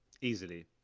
Easily